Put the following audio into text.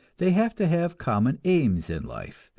they have to have common aims in life,